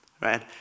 right